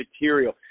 material